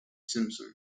simpson